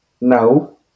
No